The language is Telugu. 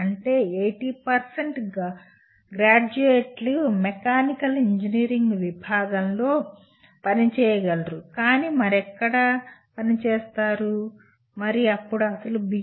అంటే 80 గ్రాడ్యుయేట్లు మెకానికల్ ఇంజనీరింగ్ విభాగంలో పనిచేయరు కానీ మరెక్కడా పని చేస్తారు అప్పుడు అసలు B